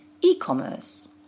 e-commerce